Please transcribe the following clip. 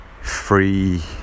Free